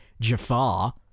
Jafar